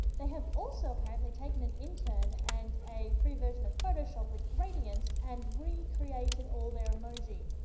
they have also, apparently, taken an intern and a free version of photoshop with gradients and recreated all their emoji.